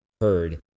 heard